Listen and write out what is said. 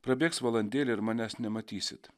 prabėgs valandėlė ir manęs nematysit